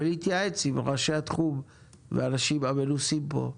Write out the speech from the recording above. ולהתייעץ עם ראשי התחום והאנשים המנוסים פה,